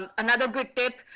um another good tip.